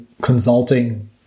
consulting